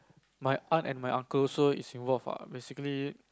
my aunt and my uncle so is involved ah basically